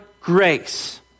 grace